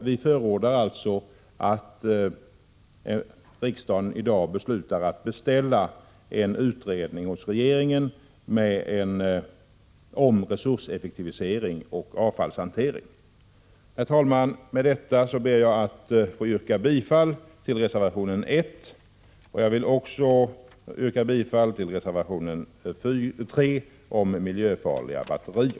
Vi förordar därför att riksdagen i dag beslutar att beställa en utredning hos regeringen om resurseffektivisering och avfallshantering. Herr talman, med detta yrkar jag bifall till reservation 1 och även till reservation 3 om miljöfarliga batterier.